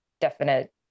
definite